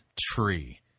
tree